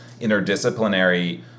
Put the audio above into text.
interdisciplinary